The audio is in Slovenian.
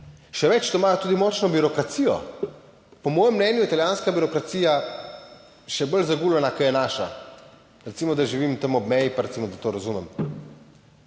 Še več, da imajo tudi močno birokracijo? Po mojem mnenju je italijanska birokracija še bolj zaguljena kot je naša. Recimo, da živim tam ob meji, pa recimo,